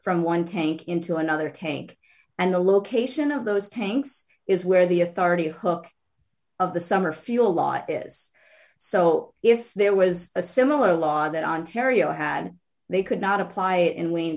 from one tank into another tank and the location of those tanks is where the authority hook of the summer fuel law is so if there was a similar law that ontario had they could not apply it in wayne